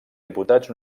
diputats